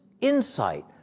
insight